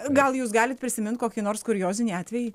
gal jūs galit prisimint kokį nors kuriozinį atvejį